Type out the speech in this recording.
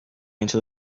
into